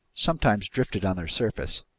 sometimes drifted on their surface.